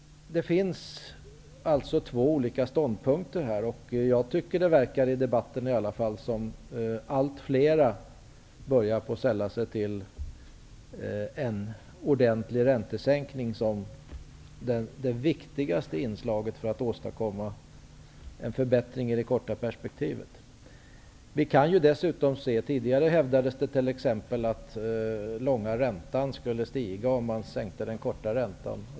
Det finns alltså två olika ståndpunkter. Jag tycker att det, i alla fall i debatten, verkar som om allt flera börjar sälla sig till idéen om en ordentlig räntesänkning som det viktigaste inslaget för att åstadkomma en förbättring i det korta perspektivet. Tidigare hävdades det t.ex. att långa räntan skulle stiga om man sänkte den korta räntan.